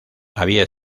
había